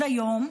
אז היום,